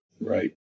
Right